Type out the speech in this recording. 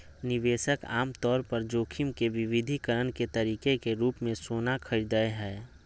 निवेशक आमतौर पर जोखिम के विविधीकरण के तरीके के रूप मे सोना खरीदय हय